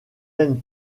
aime